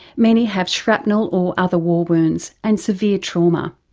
many have shrapnel or other war wounds and severe trauma.